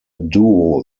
duo